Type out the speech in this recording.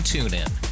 TuneIn